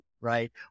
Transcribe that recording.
right